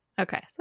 Okay